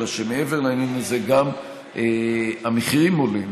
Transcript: אלא שמעבר לעניין הזה גם המחירים עולים.